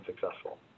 successful